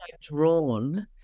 drawn